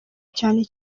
cyane